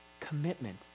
commitment